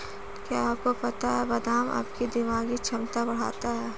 क्या आपको पता है बादाम आपकी दिमागी क्षमता बढ़ाता है?